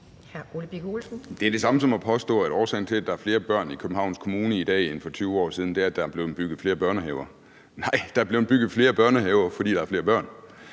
Det er det samme som at påstå, at årsagen til, at der er flere børn i Københavns Kommune i dag end for 20 år siden, er, at der er blevet bygget flere børnehaver. Nej, der er blevet bygget flere børnehaver, fordi der er blevet flere børn.